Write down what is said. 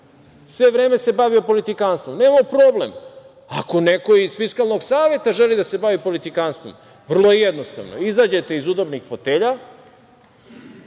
Sve vreme se bavio politikanstvom. Nemamo problem. Ako neko iz Fiskalnog saveta želi da se bavi politikanstvom. Vrlo je jednostavno. Izađete iz udobnih fotelja,